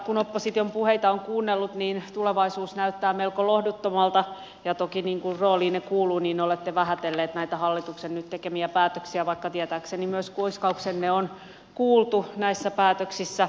kun täällä opposition puheita on kuunnellut niin tulevaisuus näyttää melko lohduttomalta ja niin kuin rooliinne toki kuuluu olette vähätelleet näitä hallituksen nyt tekemiä päätöksiä vaikka tietääkseni myös kuiskauksenne on kuultu näissä päätöksissä